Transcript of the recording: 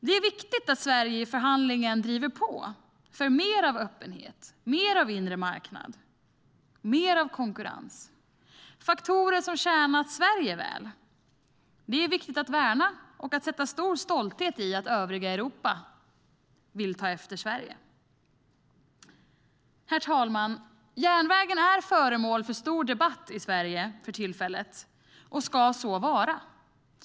Det är viktigt att Sverige i förhandlingarna drivet på för mer av öppenhet, mer av inre marknad och mer av konkurrens - faktorer som tjänat Sverige väl. Det är viktigt att värna om och sätta stor stolthet i att övriga Europa vill ta efter Sverige. Herr talman! Järnvägen är föremål för stor debatt i Sverige för tillfället och ska så vara.